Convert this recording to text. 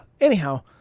Anyhow